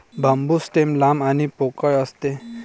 बांबू stem लांब आणि पोकळ असते